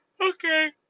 Okay